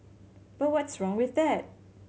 but what's wrong with that